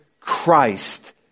Christ